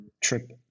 trip